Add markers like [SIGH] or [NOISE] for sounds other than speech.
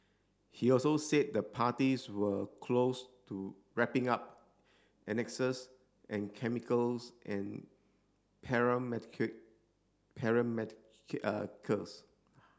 he also said the parties were close to wrapping up annexes and chemicals and [UNINTELLIGIBLE]